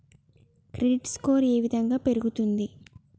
Credit score ఏ విధంగా పెరుగుతుంది?